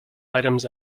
items